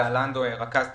גל לנדו, אני רכז תמיכות.